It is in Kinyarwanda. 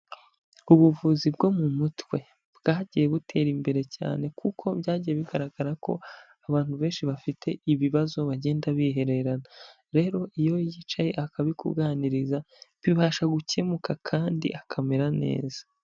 Ubuvuzi bwo mu mutwe bwagiye butera imbere cyane kuko byagiye bigaragara ko abantu benshi bafite ibibazo bagenda bihererana. Rero iyo yicaye akabikuganiriza, bibasha gukemuka kandi akamera neza.